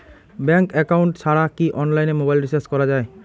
Bank account ছাড়া কি অনলাইনে মোবাইল রিচার্জ করা যায়?